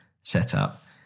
setup